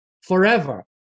forever